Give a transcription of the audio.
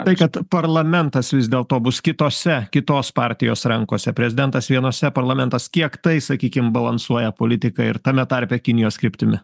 tai kad parlamentas vis dėlto bus kitose kitos partijos rankose prezidentas vienose parlamentas kiek tai sakykim balansuoja politiką ir tame tarpe kinijos kryptimi